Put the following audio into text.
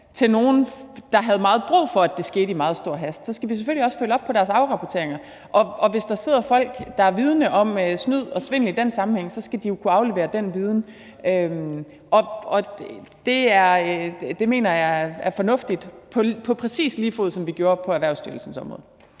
til nogle, der havde meget brug for, at det skete i meget stor hast, så skal vi selvfølgelig også følge op på deres afrapporteringer. Og hvis der sidder folk, der er vidende om snyd og svindel i den sammenhæng, så skal de jo kunne aflevere den viden. Det mener jeg er fornuftigt, præcis ligesom det var, da vi gjorde det på Erhvervsstyrelsens område.